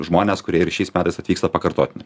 žmones kurie ir šiais metais atvyksta pakartotinai